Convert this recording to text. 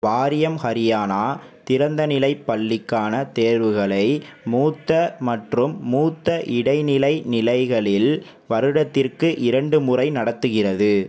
வாரியம் ஹரியானா திறந்தநிலைப் பள்ளிக்கான தேர்வுகளை மூத்த மற்றும் மூத்த இடைநிலை நிலைகளில் வருடத்திற்கு இரண்டு முறை நடத்துகிறது